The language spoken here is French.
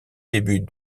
début